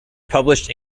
published